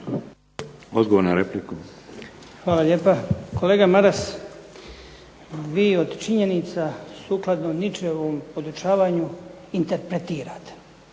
Goran (HDZ)** Hvala lijepa. Kolega Maras vi od činjenica sukladno Nietzsheovom podučavanju interpretirate.